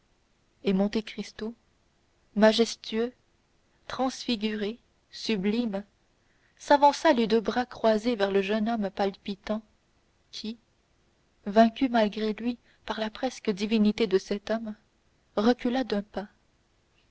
et monte cristo majestueux transfiguré sublime s'avança les deux bras croisés vers le jeune homme palpitant qui vaincu malgré lui par la presque divinité de cet homme recula d'un pas